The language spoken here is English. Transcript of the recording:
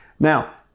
Now